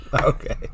Okay